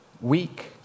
weak